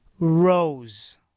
Rose